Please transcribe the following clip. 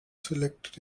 selected